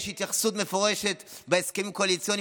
יש התייחסות מפורשת בהסכמים הקואליציוניים